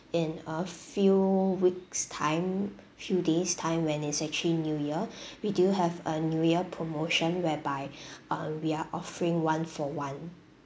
in a few weeks' time few days' time when it's actually new year we do have a new year promotion whereby uh we are offering one for one